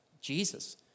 Jesus